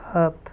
সাত